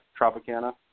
Tropicana